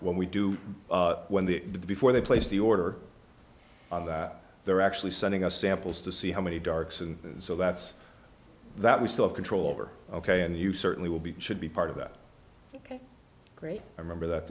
when we do when the before they place the order on that they're actually sending us samples to see how many darks and so that's that we still have control over ok and you certainly will be should be part of that ok great i remember that